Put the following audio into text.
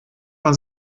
man